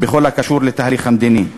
בכל הקשור לתהליך המדיני,